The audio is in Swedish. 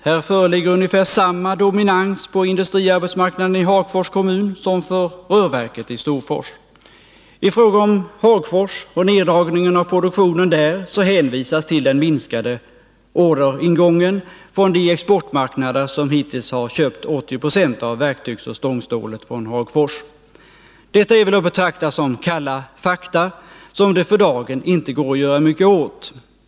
Här föreligger ungefär samma dominans på industriarbetsmarknaden i Hagfors kommun som för rörverket i Storfors. I fråga om Hagfors och neddragningen av produktionen där så hänvisas det till den minskande orderingången från de exportmarknader som hittills har köpt 80 96 av verktygsoch stångstålet från Hagfors. Detta är väl att betrakta som kalla fakta som det för dagen inte går att göra mycket åt.